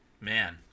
man